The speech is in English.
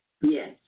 Yes